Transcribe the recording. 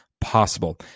possible